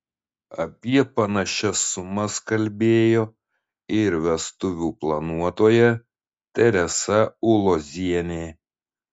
apie panašias sumas kalbėjo ir vestuvių planuotoja teresa ulozienė